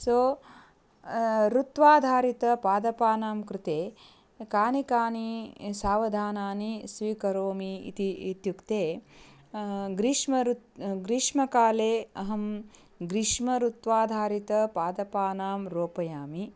सो ऋत्वाधारितपादपानां कृते कानि कानि सावधानानि स्वीकरोमि इति इत्युक्ते ग्रीष्मऋतुः ग्रीष्मकाले अहं ग्रीष्म ऋत्वाधारितपादपानां रोपयामि